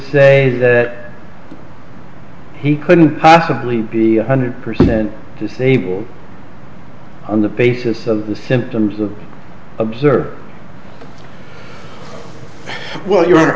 say that he couldn't possibly be a hundred percent disabled on the basis of the symptoms of observer well your hon